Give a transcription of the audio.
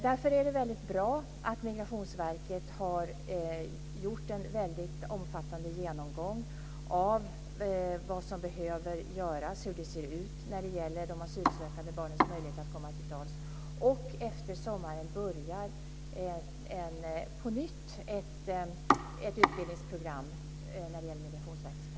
Därför är det bra att Migrationsverket har gjort en så omfattande genomgång av vad som behöver göras och hur det ser ut när det gäller de asylsökande barnens möjlighet att komma till tals. Efter sommaren börjar på nytt ett utbildningsprogram för Migrationsverkets personal.